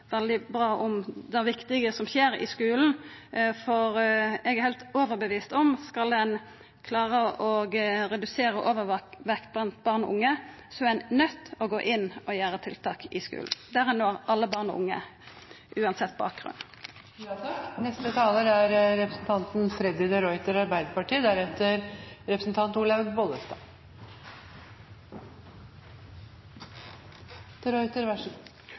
skulen, for eg er heilt overtydd om at skal ein klara å redusera overvekt blant barn og unge, er ein nøydd til å gå inn og gjera tiltak i skulen, der ein når alle barn og unge, uansett bakgrunn. Vi er